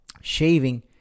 shaving